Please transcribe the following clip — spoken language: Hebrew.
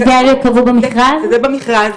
זה במכרז.